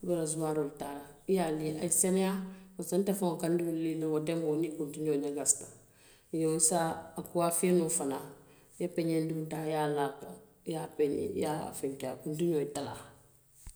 i be rosuwaaroo le taa la i ye a lii a ye seneyaa pasiko nte faŋo ka n diŋolu lii nuŋ wo tenboo niŋ kuntiñoo lakasita iyoo i se a kuwaafee noo fanaŋ i ye peñeendiŋo taa i a laa a kaŋ, i ye a peñee i ye fenke, a kuntiñoo ye talaa.